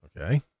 okay